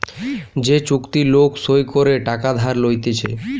যে চুক্তি লোক সই করে টাকা ধার লইতেছে